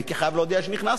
הייתי חייב להודיע שנכנסת.